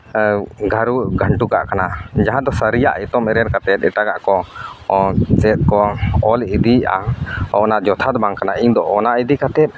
ᱜᱷᱟᱹᱨᱩ ᱜᱷᱟᱹᱱᱴᱩ ᱠᱟᱜ ᱠᱟᱱᱟ ᱡᱟᱦᱟᱸ ᱫᱚ ᱥᱟᱹᱨᱤᱭᱟᱜ ᱮᱛᱚᱢ ᱮᱨᱮᱲ ᱠᱟᱛᱮᱫ ᱮᱴᱟᱜᱟᱜ ᱠᱚ ᱚᱞ ᱦᱚᱪᱚᱭᱮᱫ ᱠᱚᱣᱟ ᱚᱞ ᱤᱫᱤᱭᱮᱫᱼᱟ ᱚᱱᱟ ᱡᱚᱛᱷᱟᱛ ᱵᱟᱝ ᱠᱟᱱᱟ ᱤᱧ ᱫᱚ ᱚᱱᱟ ᱤᱫᱤ ᱠᱟᱛᱮᱫ